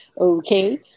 okay